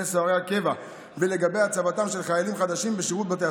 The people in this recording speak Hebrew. סוהרי הקבע ולגבי הצבתם של חיילים חדשים בשירות בתי